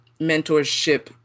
mentorship